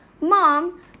Mom